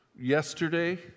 yesterday